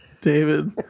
David